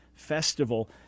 festival